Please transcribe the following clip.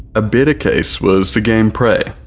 a better case was the game prey,